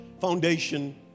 foundation